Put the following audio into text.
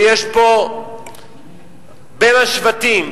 ויש פה בין השבטים,